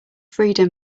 freedom